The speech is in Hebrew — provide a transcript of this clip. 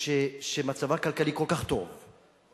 שמצבה הכלכלי כל כך טוב